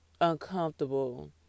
Uncomfortable